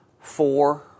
four